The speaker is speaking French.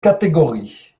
catégorie